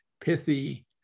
pithy